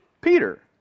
Peter